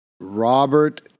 Robert